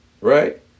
Right